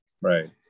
right